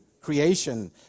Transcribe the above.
creation